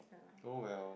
oh well